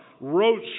wrote